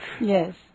Yes